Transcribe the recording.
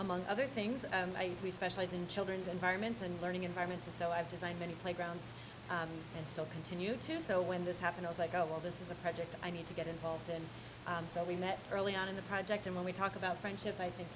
among other things we specialize in children's environments and learning environment so i've designed many playgrounds and still continue to so when this happened if i go well this is a project i need to get involved in that we met early on in the project and when we talk about friendship i think